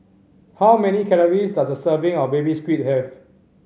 how many calories does a serving of Baby Squid have